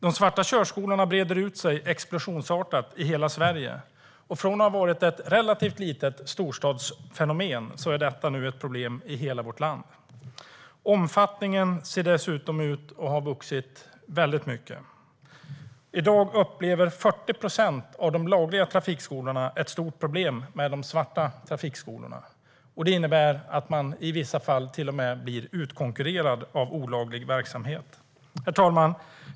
De svarta körskolorna breder ut sig explosionsartat i hela Sverige. Från att ha varit ett relativt litet storstadsfenomen är detta nu ett problem i hela vårt land. Omfattningen ser dessutom ut att ha vuxit väldigt mycket - i dag upplever 40 procent av de lagliga trafikskolorna ett stort problem med de svarta trafikskolorna. Det innebär att man i vissa fall till och med blir utkonkurrerad av olaglig verksamhet. Herr talman!